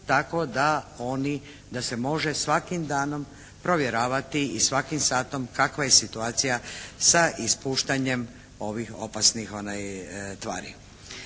tako da se može svakim danom provjeravati i svakim satom kakva je situacija sa ispuštanjem ovih opasnih tvari.